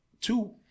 two